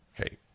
Okay